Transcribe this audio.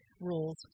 rules